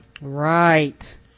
Right